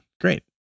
Great